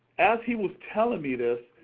as he was telling me this,